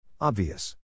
Obvious